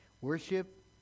Worship